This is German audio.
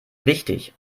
wichtig